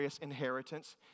inheritance